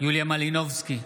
יוליה מלינובסקי,